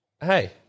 hey